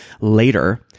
later